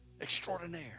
Extraordinaire